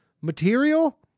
material